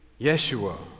Yeshua